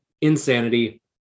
Insanity